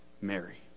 Mary